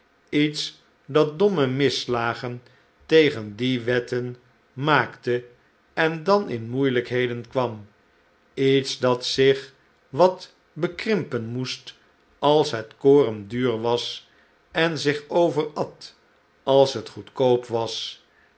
iets dat domme misslagen tegen die wetten maakte en dan in moeielijkheden kwam iets dat zich wat bekrimpen moest al het koren duur was en zich overat als het goedkoop was